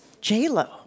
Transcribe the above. J-Lo